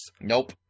Nope